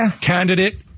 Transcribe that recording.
candidate